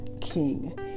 king